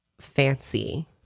fancy